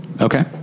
Okay